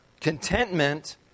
Contentment